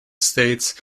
states